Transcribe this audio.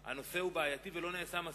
אמרתי שהנושא הוא בעייתי ולא נעשה מספיק.